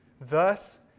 Thus